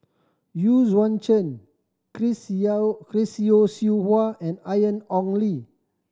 Yu Yuan Zhen Chris Yao Chris Yeo Siew Hua and Ian Ong Li